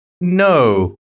No